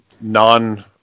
non